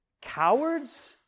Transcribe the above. cowards